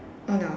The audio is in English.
oh no